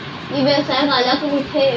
ई व्यवसाय काला कहिथे?